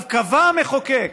קבע המחוקק